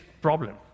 problem